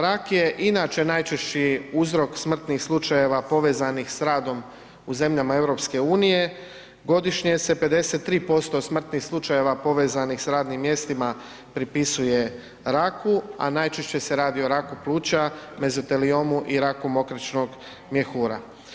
Rak je inače najčešći uzrok smrtnih slučajeva povezanih s radom u zemljama EU, godišnje se 53% smrtnih slučajeva povezanih s radnim mjestima pripisuje raku, a najčešće se radi o raku pluća, mezoteliomu i raku mokračnog mjehura.